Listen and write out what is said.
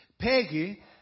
Peggy